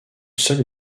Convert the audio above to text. seule